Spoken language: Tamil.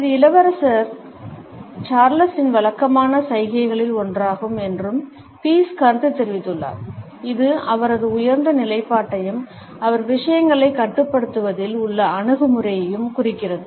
இது இளவரசர் சார்லஸின் வழக்கமான சைகைகளில் ஒன்றாகும் என்றும் பீஸ் கருத்து தெரிவித்துள்ளார் இது அவரது உயர்ந்த நிலைப்பாட்டையும் அவர் விஷயங்களைக் கட்டுப்படுத்துவதில் உள்ள அணுகுமுறையையும் குறிக்கிறது